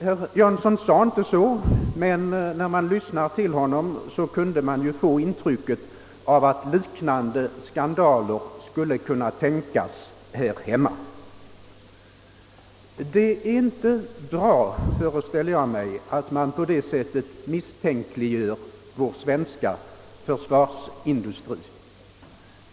Herr Jansson sade det inte, men när man lyssnade på honom fick man lätt intrycket att han menade att liknande skandaler skulle kunna förekomma här hemma. Det är inte bra att på det sättet misstänkliggöra vår svenska försvarsindustri.